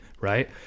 right